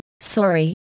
Sorry